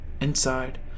Inside